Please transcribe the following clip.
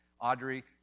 Audrey